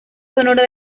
sonora